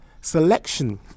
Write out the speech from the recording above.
selection